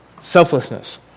Selflessness